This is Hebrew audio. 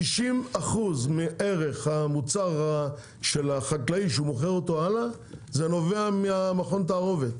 60% מערך המוצר של החקלאי שהוא מוכר אותו הלאה זה נובע מהמכון תערובת,